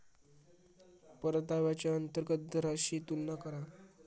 परताव्याच्या अंतर्गत दराशी तुलना करा